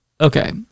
okay